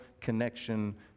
connection